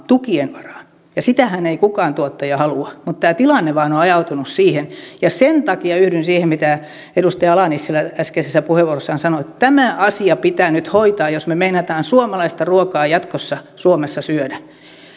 tukien varaan ja sitähän ei kukaan tuottaja halua mutta tämä tilanne vain on ajautunut siihen sen takia yhdyn siihen mitä edustaja ala nissilä äskeisessä puheenvuorossaan sanoi tämä asia pitää nyt hoitaa jos meinataan suomalaista ruokaa jatkossa suomessa syödä